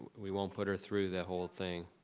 we won't put her through the whole thing.